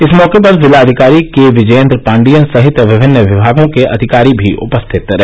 इस मौके पर जिलाधिकारी के विजयेन्द्र पांडियन सहित विभिन्न विभागों के अधिकारी भी उपस्थित रहे